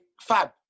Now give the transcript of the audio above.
Fab